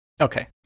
Okay